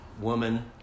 woman